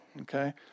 Okay